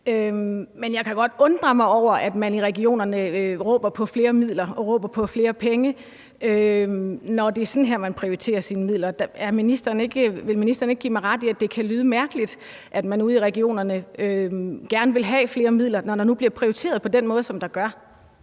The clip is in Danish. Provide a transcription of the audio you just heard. Men jeg kan godt undre mig over, at man i regionerne råber på flere midler og flere penge, når det er sådan her, man prioriterer sine midler. Vil ministeren ikke give mig ret i, at det kan lyde mærkeligt, at man ude i regionerne gerne vil have flere midler, når der nu bliver prioriteret på den måde, som der gør?